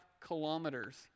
kilometers